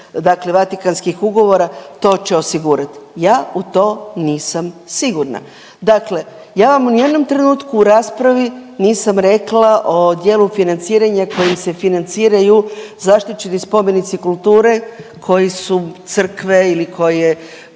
dakle Vatikanskih ugovora to će osigurat. Ja u to nisam sigurna. Dakle ja vam ni u jednom trenutku u raspravi nisam rekla o dijelu financiranja kojim se financiraju zaštićeni spomenici kulture koji su crkve ili koje,